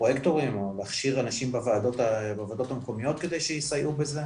או להכשיר אנשים בוועדות המקומיות כדי שיסייעו בזה.